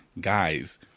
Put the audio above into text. guys